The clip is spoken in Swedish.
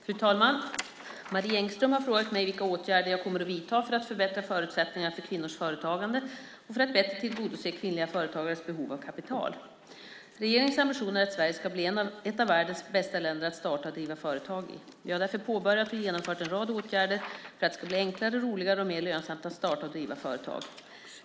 Fru talman! Marie Engström har frågat mig vilka åtgärder jag kommer att vidta för att förbättra förutsättningarna för kvinnors företagande och för att bättre tillgodose kvinnliga företagares behov av kapital. Regeringens ambition är att Sverige ska bli ett av världens bästa länder att starta och driva företag i. Vi har därför påbörjat och genomfört en rad åtgärder för att det ska bli enklare, roligare och mer lönsamt att starta och driva företag.